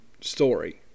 story